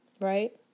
right